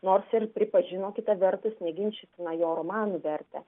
nors ir pripažino kita vertus neginčytiną jo romanų vertę